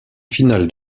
final